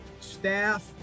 staff